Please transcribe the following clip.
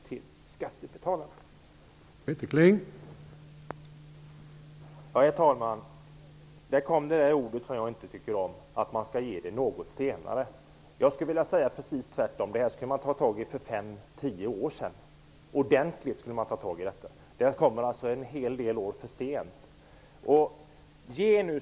Därmed får skattebetalarna en bättre utdelning.